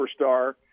superstar